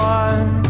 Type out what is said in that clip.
one